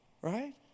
Right